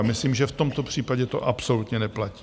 Myslím, že v tomto případě to absolutně neplatí.